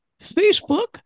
Facebook